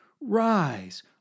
Rise